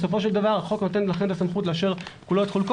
בסופו של דבר החוק נותן לכם את הסמכות לאשר את כולו או את חלקו.